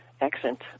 accent